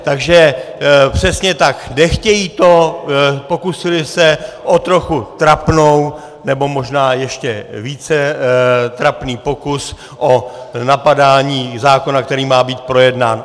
Takže přesně tak, nechtějí to, pokusili se o trochu trapnou, nebo možná ještě více trapný pokus o napadání zákona, který má být projednán.